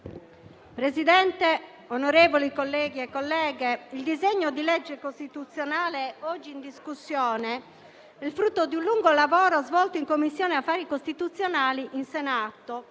Presidente, onorevoli colleghi e colleghe, il disegno di legge costituzionale oggi in discussione è frutto di un lungo lavoro svolto in Commissione affari costituzionali in Senato,